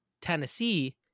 Tennessee